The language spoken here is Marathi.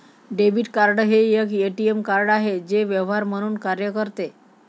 डेबिट कार्ड हे एक ए.टी.एम कार्ड आहे जे व्यवहार म्हणून कार्य करते